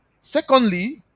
Secondly